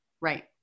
Right